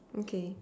okay